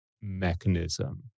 mechanism